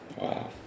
Wow